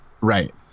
Right